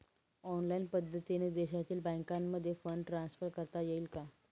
Online पद्धतीने देशातील बँकांमध्ये फंड ट्रान्सफर करता येईल का?